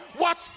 Watch